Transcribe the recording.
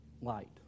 light